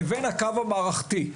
לבין הקו המערכתי,